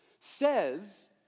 says